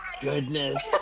goodness